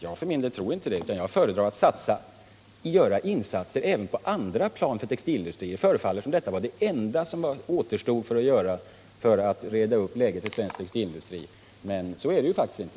Jag för min del tror inte det, utan jag föredrar att göra insatser även på andra plan för textilindustrin. Det förefaller som om detta som ni föreslår vore det enda som återstod för att reda upp läget inom svensk textilindustri, men så är det ju faktiskt inte.